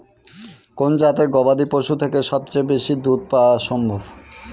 কোন জাতের গবাদী পশু থেকে সবচেয়ে বেশি দুধ পাওয়া সম্ভব?